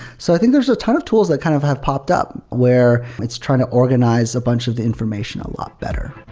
so i think there's a ton of tools that kind of have popped up, where it's trying to organize a bunch of the information a lot better